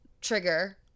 Trigger